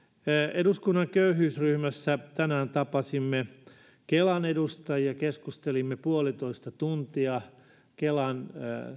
eduskunnan köyhyysryhmässä tänään tapasimme kelan edustajia keskustelimme puolitoista tuntia kelan